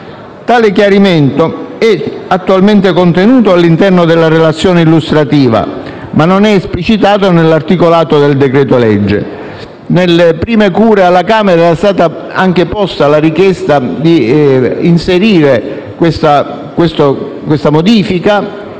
Tale chiarimento è attualmente contenuto all'interno della relazione illustrativa, ma non è esplicitato nell'articolato del decreto-legge. Alla Camera era stata prime cure anche posta la richiesta di inserire questa modifica